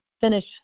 finish